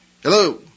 Hello